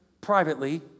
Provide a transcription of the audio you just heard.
privately